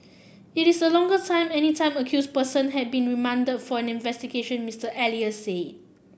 it is the longest time any time accused person has been remanded for an investigation Mister Elias said